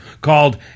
called